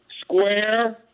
Square